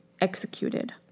executed